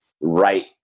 right